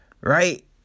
right